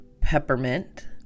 peppermint